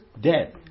dead